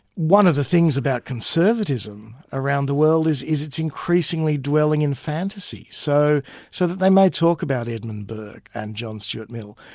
one of the things about conservatism around the world is is it's increasingly dwelling in fantasy. so so that they may talk about edmund burke and john stuart mill,